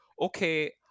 okay